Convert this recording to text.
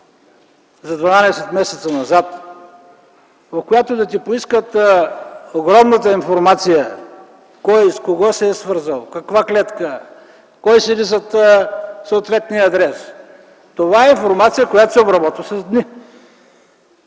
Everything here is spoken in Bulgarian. за 12 месеца назад, в която да се иска огромната информация кой с кого се е свързал, каква клетка, кой седи зад съответния адрес, това е информация, която се обработва с дни.